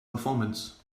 performance